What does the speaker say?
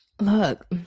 look